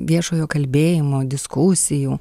viešojo kalbėjimo diskusijų